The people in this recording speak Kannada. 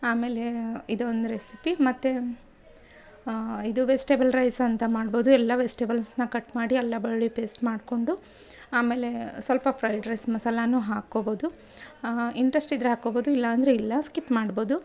ಆಮೇಲೇ ಇದು ಒಂದು ರೆಸಿಪಿ ಮತ್ತು ಇದು ವೆಸ್ಟೇಬಲ್ ರೈಸ್ ಅಂತ ಮಾಡ್ಬೋದು ಎಲ್ಲ ವೆಜಿಟೇಬಲ್ಸನ್ನ ಕಟ್ ಮಾಡಿ ಅಲ್ಲ ಬೆಳುಳ್ಳಿ ಪೇಸ್ಟ್ ಮಾಡಿಕೊಂಡು ಆಮೇಲೇ ಸ್ವಲ್ಪ ಫ್ರೈಡ್ ರೈಸ್ ಮಸಾಲನೂ ಹಾಕ್ಕೊಬೋದು ಇಂಟ್ರೆಸ್ಟ್ ಇದ್ದರೆ ಹಾಕ್ಕೊಬೋದು ಇಲ್ಲ ಅಂದರೆ ಇಲ್ಲ ಸ್ಕಿಪ್ ಮಾಡ್ಬೋದು